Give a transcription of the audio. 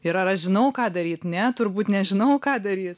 ir ar aš žinau ką daryt net turbūt nežinau ką daryt